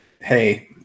hey